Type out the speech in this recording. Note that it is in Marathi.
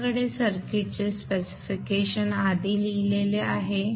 तुमच्याकडे सर्किटचे स्पेसिफिकेशन आधी लिहिलेले आहे